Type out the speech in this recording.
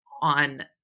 on